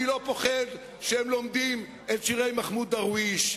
אני לא פוחד שהם לומדים את שירי מחמוד דרוויש.